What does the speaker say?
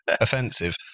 offensive